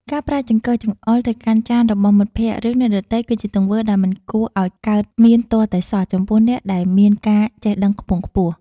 ការប្រើចង្កឹះចង្អុលទៅកាន់ចានរបស់មិត្តភក្តិ ឬ អ្នកដទៃគឺជាទង្វើដែលមិនគួរឱ្យកើតមានទាល់តែសោះចំពោះអ្នកដែលមានការចេះដឹងខ្ពង់ខ្ពស់។